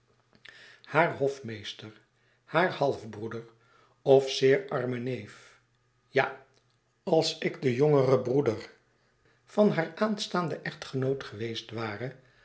haar hofmeester haar halfbroeder of zeer arme neef ja als ikdejongerebroeder van haar aanstaanden echtgenoot geweest ware